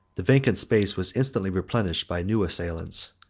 the vacant space was instantly replenished by new assailants.